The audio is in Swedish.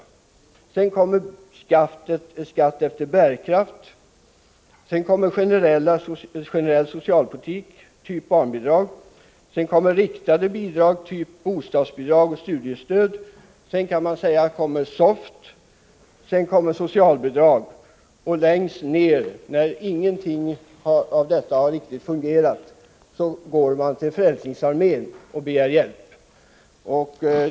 Därefter kommer skatt efter bärkraft och sedan generell socialpolitik, av typen barnbidrag. Därefter kommer riktade bidrag, av typen bostadsbidrag och studiestöd, och sedan kan man säga att SOFT kommer. Därefter kommer socialbidrag, och längst ner — när ingenting av detta har fungerat riktigt — går man till Frälsningsarmén och begär hjälp.